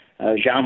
Jean